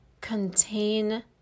contain